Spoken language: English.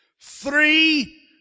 Three